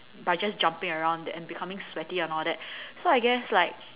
by just jumping around and becoming sweaty and all that so I guess like